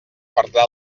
perdrà